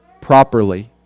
properly